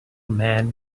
man